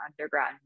underground